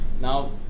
Now